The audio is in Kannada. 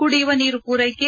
ಕುಡಿಯುವ ನೀರು ಪೂರ್ವೆಕೆ